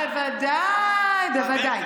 בוודאי, בוודאי.